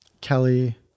Kelly